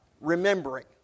remembering